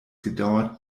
gedauert